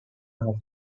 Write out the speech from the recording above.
are